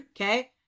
okay